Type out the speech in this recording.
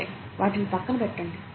సరే వీటిని పక్కన పెట్టండి